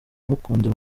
umukundira